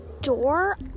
door